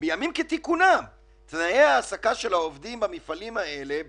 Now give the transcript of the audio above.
בימים כתיקונם, של העובדים במפעלים האלה,